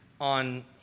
on